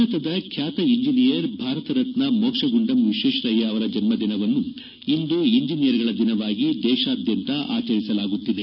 ಭಾರತದ ಖ್ಯಾತ ಇಂಜಿನಿಯರ್ ಭಾರತರತ್ನ ಮೋಕ್ಷಗುಂಡಂ ವಿಶ್ವೇಶ್ವರಯ್ಯ ಅವರ ಜನ್ಮದಿನವನ್ನು ಇಂದು ಇಂಜಿನಿಯರ್ಗಳ ದಿನವಾಗಿ ದೇಶಾದ್ಯಂತ ಆಚರಿಸಲಾಗುತ್ತಿದೆ